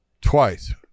twice